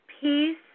peace